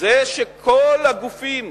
זה שכל הגופים